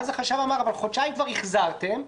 אבל החשב אמר: חודשיים כבר החזרתם.